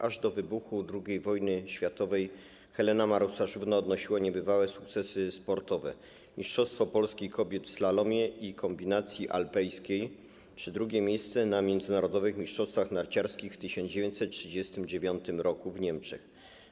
Aż do wybuchu II wojny światowej Helena Marusarzówna odnosiła niebywałe sukcesy sportowe: mistrzostwo Polski kobiet w slalomie i kombinacji alpejskiej, drugie miejsce na międzynarodowych mistrzostwach narciarskich w 1939 r. w Niemczech.